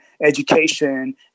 education